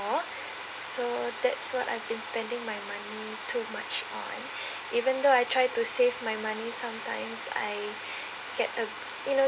so that's what I've been spending my money too much on even though I try to save my money sometimes I get a you know